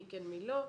מי כן, מי לא.